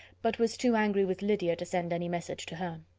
but was too angry with lydia to send any message to her.